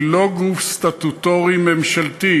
היא לא גוף סטטוטורי ממשלתי.